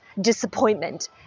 disappointment